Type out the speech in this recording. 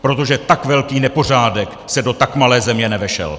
Protože tak velký nepořádek se do tak malé země nevešel!